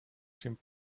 team